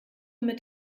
mit